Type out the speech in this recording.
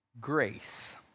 Grace